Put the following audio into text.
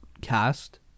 cast